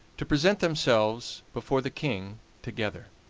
to present themselves before the king together.